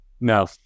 No